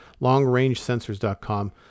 longrangesensors.com